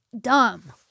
dumb